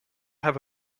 have